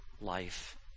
life